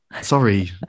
sorry